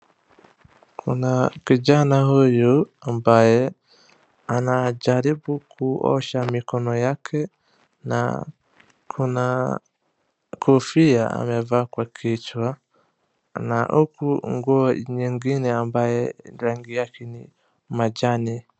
Kuna kijana huyu ambaye anajaribu kuosha mikono yake na kuna kofia amevaa kwa kichwa na huku nguo nyingine ambaye rangi yake ni majani